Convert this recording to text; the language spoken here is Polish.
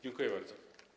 Dziękuję bardzo.